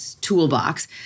toolbox